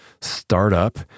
Startup